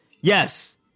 Yes